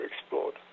explored